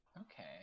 Okay